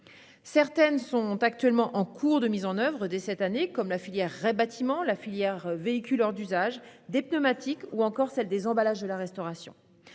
Certaines sont en cours de mise en oeuvre, dès cette année, comme la filière REP bâtiment, celle des véhicules hors d'usage, celle des pneumatiques ou encore celle des emballages de la restauration.